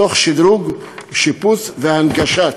תוך שדרוג ושיפוץ והנגשת